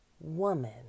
woman